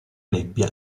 nebbia